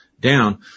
down